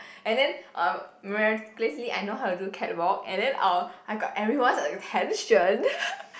and then um miraculously I know how to do catwalk and then I'll I got everyone's attention